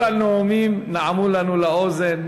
כל הנאומים נעמו לנו לאוזן.